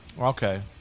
Okay